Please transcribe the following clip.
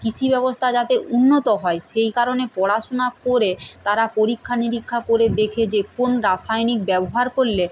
কৃষি ব্যবস্থা যাতে উন্নত হয় সেই কারণে পড়াশোনা করে তারা পরীক্ষা নিরীক্ষা করে দেখে যে কোন রাসায়নিক ব্যবহার করলে